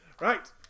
right